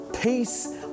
peace